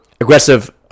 aggressive